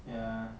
ya